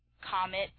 Comet